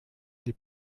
des